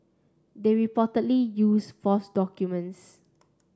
they reportedly use false documents